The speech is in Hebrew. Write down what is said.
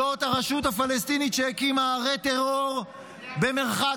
זאת הרשות הפלסטינית שהקימה ערי טרור במרחק